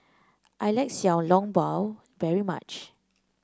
I like Xiao Long Bao very much